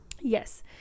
yes